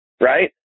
right